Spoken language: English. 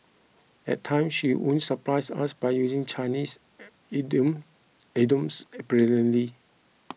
at times she would surprise us by using Chinese idiom idioms brilliantly